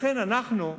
לכן אנחנו,